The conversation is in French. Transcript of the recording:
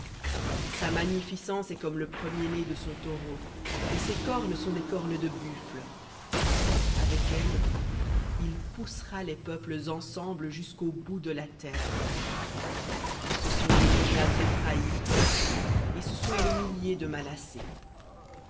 sa magnificence est comme le premier-né de son taureau et ses cornes sont des cornes de buffle avec elles il poussera les peuples ensemble jusqu'aux bouts de la terre ce sont les myriades d'éphraïm et ce sont les milliers de